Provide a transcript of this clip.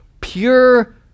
Pure